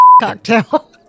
cocktail